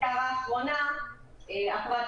ואם הוא בעל רישיון ספק גז העוסק רק באחסון או בשיווק של מכלי